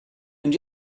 and